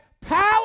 power